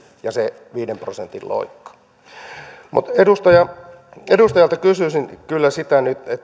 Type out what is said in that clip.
ja se viiden prosentin loikka mutta edustaja kiurulta kysyisin kyllä siitä nyt